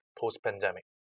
post-pandemic